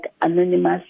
anonymous